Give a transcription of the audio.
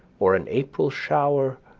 or an april shower,